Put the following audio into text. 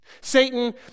Satan